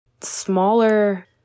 smaller